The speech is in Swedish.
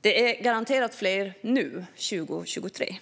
Det är garanterat fler 2023.